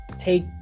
take